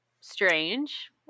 Strange